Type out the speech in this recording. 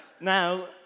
Now